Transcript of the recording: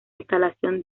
instalación